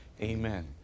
amen